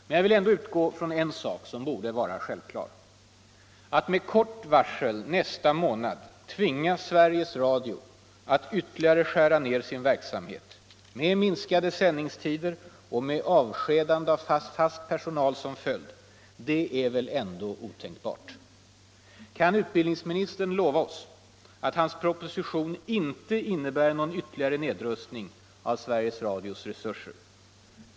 Men jag vill ändå utgå från en sak som borde vara självklar. Att med kort varsel nästa månad tvinga Sveriges Radio att ytterligare skära ner sin verksamhet — med minskade sändningstider och avskedande av fast personal som följd — är väl ändå otänkbart? Kan utbildningsministern lova oss att hans proposition inte innebär någon ytterligare nedrustning av Sveriges Radios resurser?